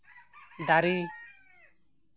ᱫᱟᱨᱮ